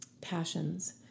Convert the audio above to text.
passions